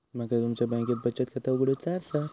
माका तुमच्या बँकेत बचत खाता उघडूचा असा?